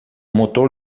motor